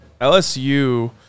LSU